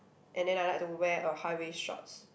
and then I like to wear a high waist shorts